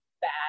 bad